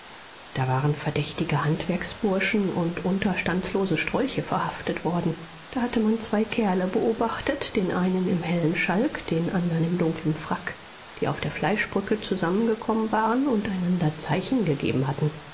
da waren verdächtige handwerksburschen und unterstandslose strolche verhaftet worden da hatte man zwei kerle beobachtet den einen im hellen schalk den andern im dunkeln frack die auf der fleischbrücke zusammengekommen waren und einander zeichen gegeben hatten